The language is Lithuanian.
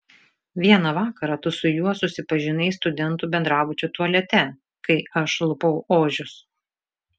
vieną vakarą tu su juo susipažinai studentų bendrabučio tualete kai aš lupau ožius